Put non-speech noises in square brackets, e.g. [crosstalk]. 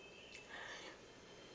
[breath]